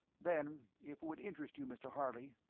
then if it would interest you, mr. harley,